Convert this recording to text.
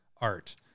art